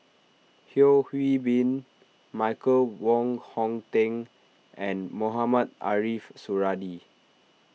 Yeo Hwee Bin Michael Wong Hong Teng and Mohamed Ariff Suradi